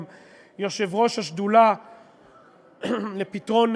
גם יושב-ראש השדולה לפתרון,